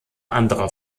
anderer